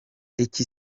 iki